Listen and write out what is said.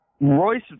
Royce